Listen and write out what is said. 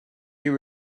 you